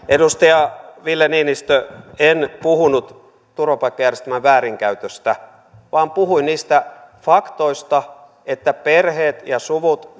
edustaja ville niinistö en puhunut turvapaikkajärjestelmän väärinkäytöstä vaan puhuin niistä faktoista että perheet ja suvut